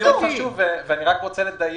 אני רוצה רק לדייק.